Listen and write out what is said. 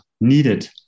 needed